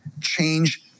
change